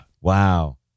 Wow